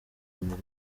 imirimo